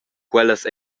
quellas